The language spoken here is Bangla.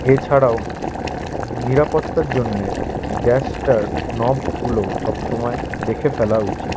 এছাড়াও নিরাপত্তার জন্যে গ্যাসটার নবগুলোও সব সমায় দেখে ফেলা উচিত